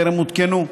טרם הותקנו,